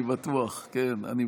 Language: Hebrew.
אני בטוח.